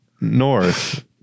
North